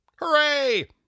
Hooray